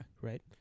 Right